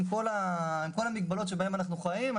עם כל המגבלות שבהן אנחנו חיים,